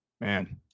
Man